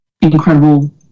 incredible